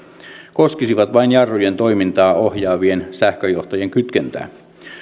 koskisivat vain jarrujen toimintaa ohjaavien sähköjohtojen kytkentää